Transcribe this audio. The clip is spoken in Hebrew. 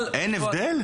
אין הבדל?